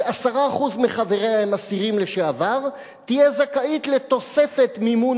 מפלגה ש-10% מחבריה הם אסירים לשעבר תהיה זכאית לתוספת מימון